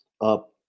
up